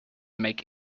make